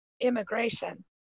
immigration